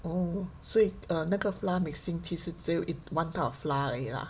哦所以 err 那个 flour mixing 其实只有 one type of flour 而已啦